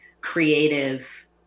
creative